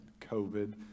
COVID